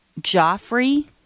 joffrey